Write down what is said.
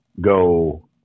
go